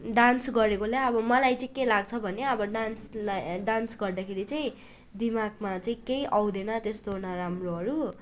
dance गरेकोले अब मलाई चाहिँ के लाग्छ भने अब डान्सलाई डान्स गर्दाखेरि चाहिँ दिमागमा चाहिँ केही आउँदैन त्यस्तो नराम्रोहरू